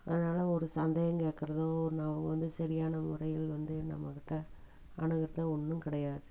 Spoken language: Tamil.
அதனால் ஒரு சந்தேகம் கேட்குறதோ நான் வந்து சரியான முறையில் வந்து நம்மகிட்டே அணுகிறதோ ஒன்றும் கிடையாது